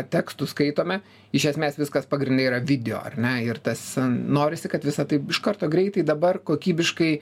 tekstus skaitome iš esmės viskas pagrinde yra video ar ne ir tas norisi kad visa tai iš karto greitai dabar kokybiškai